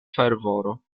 fervoro